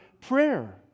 prayer